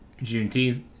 Juneteenth